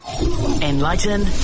Enlighten